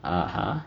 (uh huh)